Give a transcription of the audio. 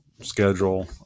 schedule